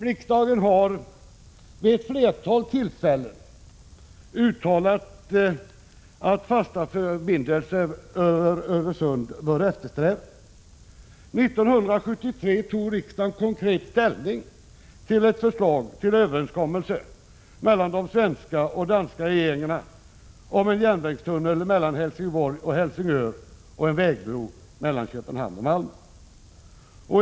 Riksdagen har vid ett flertal tillfällen uttalat att fasta förbindelser över Öresund bör eftersträvas. 1973 tog riksdagen konkret ställning till ett förslag till överenskommelse mellan de svenska och danska regeringarna om en järnvägstunnel mellan Helsingborg och Helsingör och en vägbro mellan Köpenhamn och Malmö.